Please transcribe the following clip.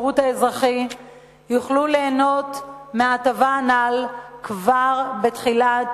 יוכלו ליהנות מההטבה הנ"ל כבר בתחילת